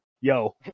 Yo